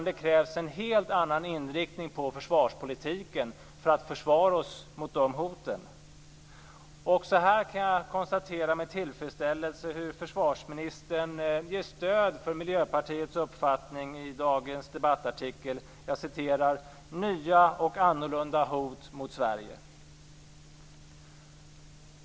Det krävs en helt annan inriktning på försvarspolitiken för att försvara oss mot de hoten. Också här kan jag med tillfredsställelse konstatera hur försvarsministern ger stöd för Miljöpartiets uppfattning i dagens debattartikel. "- nya och annorlunda hot mot Sverige".